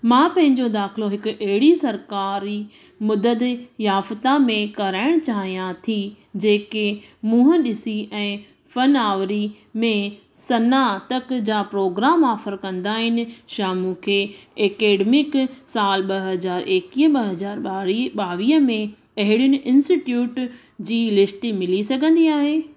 मां पंहिंजो दाख़िलो हिकु अहिड़ी सरकारी मदद याफ़्तां में कराइण चाहियां थी जेके मुंहं ॾिसी ऐं फ़नआवरी में सनातक जा प्रोग्राम ऑफर कंदा आहिनि छा मूंखे ऐकडेमिक सालु ॿ हज़ार एकवीह ॿ हजार ॿावीह में अहिड़ियुनि इन्स्टिट्यूट जी लिस्ट मिली सघंदी आहे